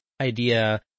idea